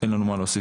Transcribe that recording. לי אין מה להוסיף.